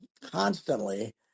constantly